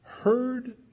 Heard